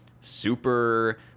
super